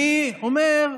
אני אומר,